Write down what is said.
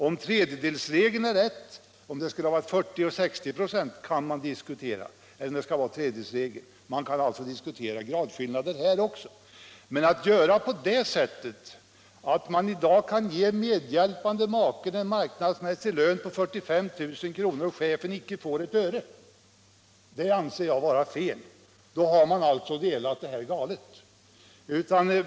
Om tredjedelsregeln är riktig, om det skall vara 40 eller 60 926 kan man diskutera. Man kan alltså diskutera gradskillnader här också. Men att man i dag kan ge en medhjälpande make en marknadsmässig lön på 45 000 kr. och chefen inte får ett öre, det anser jag vara fel. Då har man alltså delat galet.